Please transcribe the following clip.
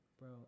bro